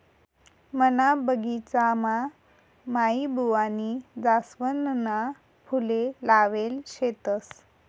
मना बगिचामा माईबुवानी जासवनना फुले लायेल शेतस